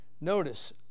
Notice